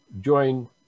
join